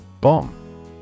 Bomb